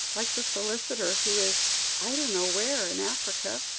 like the solicitor who is i don't know where in africa.